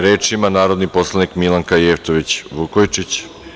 Reč ima narodni poslanik Milanka Jevtović Vukojičić.